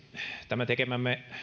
tämä tekemämme